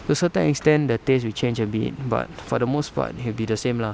to a certain extent the taste will change a bit but for the most part it'll be the same lah